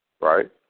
right